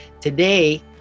Today